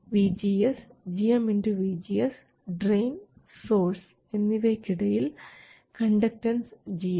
vGS gm vGS drain source എന്നിവയ്ക്ക് ഇടയിൽ conductance gm